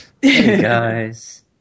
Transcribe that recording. Guys